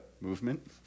movement